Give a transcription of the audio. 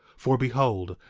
for behold,